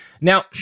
Now